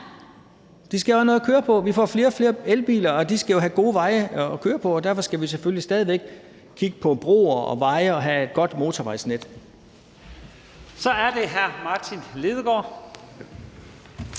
de skal jo have noget at køre på. Vi får flere og flere elbiler, og de skal jo have gode veje at køre på, og derfor skal vi selvfølgelig stadig væk kigge på broer og veje og have et godt motorvejsnet. Kl. 16:12 Første næstformand